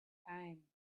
came